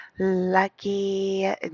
Lucky